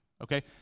okay